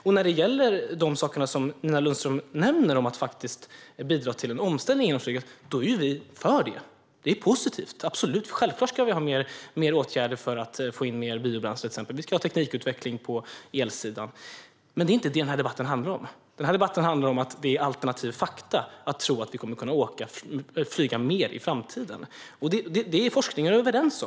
Sedan gäller det de saker som Nina Lundström nämner om att faktiskt bidra till en omställning inom flyget. Vi är för det. Det är positivt - absolut. Självklart ska vi ha mer åtgärder för att få in mer biobränsle, till exempel. Vi ska ha teknikutveckling på elsidan. Men det är inte det som denna debatt handlar om. Denna debatt handlar om att det är alternativa fakta att tro att vi kommer att kunna flyga mer i framtiden. I forskningen är man överens.